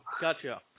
Gotcha